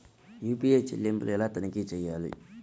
UPI చెల్లింపులు ఎలా తనిఖీ చేయాలి?